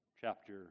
chapter